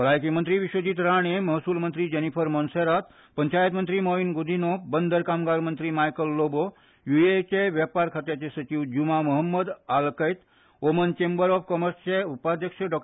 भलायकी मंत्री विश्वजीत राणे महसूल मंत्री जेनीफर मोंसेरात पंचायत मंत्री मॉवीन गूदिन्य बंदर कप्तान मंत्री मायकल लोबो यूएईचे वेपार खात्याचे सचीव Juma Mohammed Alkait Oman chamber of कॉमर्साचे उपाध्यक्ष डॉ